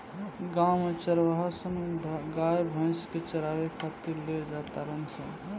गांव में चारवाहा सन गाय भइस के चारावे खातिर ले जा तारण सन